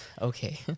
okay